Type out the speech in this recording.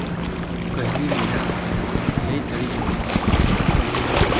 ᱠᱟᱹᱦᱱᱤ ᱢᱮᱱᱟᱜᱼᱟ ᱞᱟᱹᱭ ᱫᱟᱲᱮᱭᱟᱜᱼᱟᱹᱧ ᱠᱟᱹᱦᱱᱤ ᱫᱚ